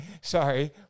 Sorry